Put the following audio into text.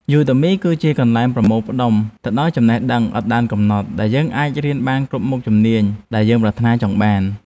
យូដឺមី គឺជាកន្លែងប្រមូលផ្តុំទៅដោយចំណេះដឹងឥតដែនកំណត់ដែលយើងអាចរៀនបានគ្រប់មុខជំនាញដែលយើងប្រាថ្នាចង់បាន។